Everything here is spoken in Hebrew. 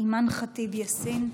אימאן ח'טיב יאסין,